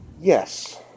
Yes